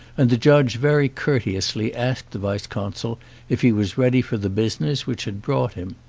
and the judge very courteously asked the vice-consul if he was ready for the business which had brought him.